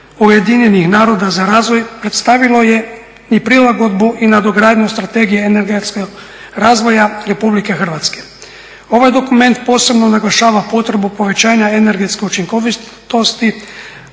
s Programom UN-a za razvoj predstavilo je i prilagodbu i nadogradnju Strategije energetskog razvoja RH. ovaj dokument posebno naglašava potrebu povećanja energetske učinkovitosti,